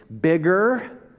bigger